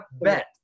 bet